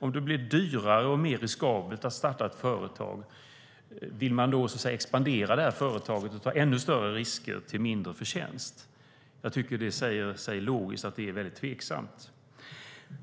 Om det blir dyrare och mer riskabelt att starta ett företag, vill man då expandera detta företag och ta ännu större risker till mindre förtjänst? Jag tycker att det är logiskt att det är mycket tveksamt.